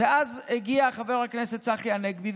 ואז הגיע חבר הכנסת צחי הנגבי,